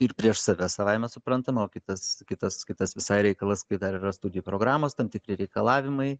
ir prieš save savaime suprantama o kitas kitas kitas visai reikalas kai dar yra studijų programos tam tikri reikalavimai